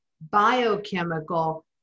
biochemical